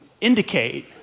indicate